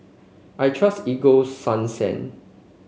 I trust Ego Sunsense